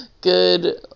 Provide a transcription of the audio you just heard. good